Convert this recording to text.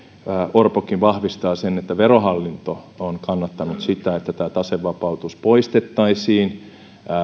orpokin vahvistaa sen että verohallinto on kannattanut sitä että tämä tasevapautus poistettaisiin